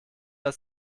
als